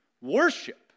Worship